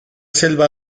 selva